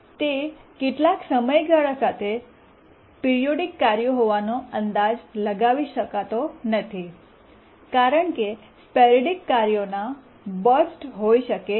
તે કેટલાક સમયગાળા સાથે પિરીયોડીક કાર્યો હોવાનો અંદાજ લગાવી શકાતો નથી કારણ કે સ્પોરૈડિક કાર્યોના બર્સ્ટ હોઈ શકે છે